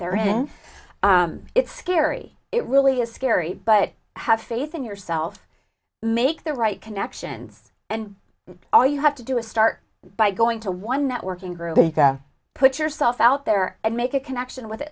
hand it's scary it really is scary but have faith in yourself make the right connections and all you have to do is start by going to one networking group put yourself out there and make a connection with